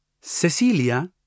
Cecilia